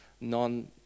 non